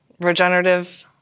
regenerative